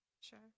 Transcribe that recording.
Sure